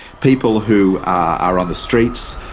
people who are on the streets,